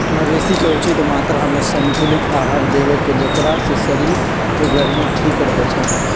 मवेशी के उचित मत्रामें संतुलित आहार देबेकेँ जेकरा से शरीर के गर्मी ठीक रहै छइ